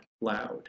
loud